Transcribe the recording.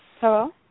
Hello